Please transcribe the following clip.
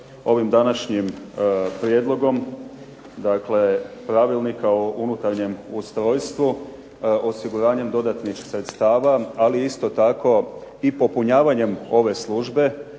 ovim današnjim prijedlogom dakle Pravilnika o unutarnjem ustrojstvu, osiguranjem dodatnih sredstava, ali isto tako i popunjavanjem ove službe